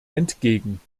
entgegen